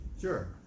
Sure